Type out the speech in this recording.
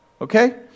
okay